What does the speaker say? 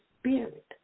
Spirit